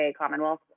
Commonwealth